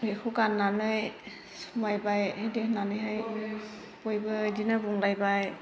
बेखौ गाननानै समायबाय बिदि होननानैहाय बयबो बिदिनो बुंलायबाय